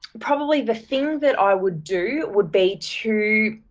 probably, the thing that i would do would be to